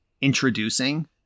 introducing